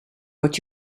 what